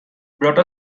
brought